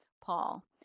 Paul